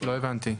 לא הבנתי.